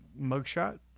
mugshot